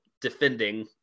defending